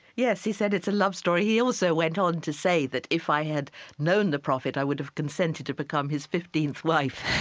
yes, he said it's a love story. he also went on to say that if i had known the prophet, i would have consented to become his fifteenth wife.